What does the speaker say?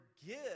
forgive